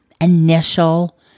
initial